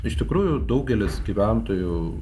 iš tikrųjų daugelis gyventojų